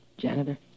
Janitor